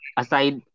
aside